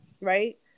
right